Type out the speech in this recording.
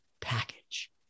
package